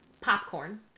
popcorn